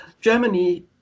Germany